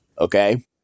Okay